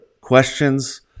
questions